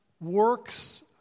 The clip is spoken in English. works